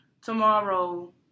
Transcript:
tomorrow